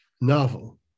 novel